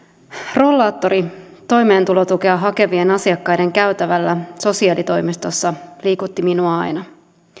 rollaattori toimeentulotukea hakevien asiakkaiden käytävällä sosiaalitoimistossa liikutti minua aina